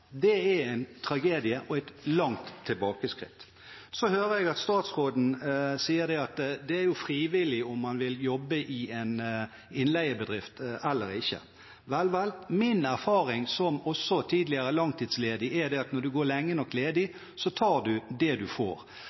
Det er en tragedie og et langt tilbakeskritt. Så hører jeg at statsråden sier at det er frivillig om man vil jobbe i en innleiebedrift eller ikke. Vel, vel – min erfaring, også som tidligere langtidsledig, er at når du går lenge nok ledig, tar du det du får.